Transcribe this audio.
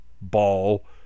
ball